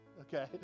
Okay